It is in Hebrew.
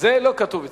זה לא כתוב אצלי.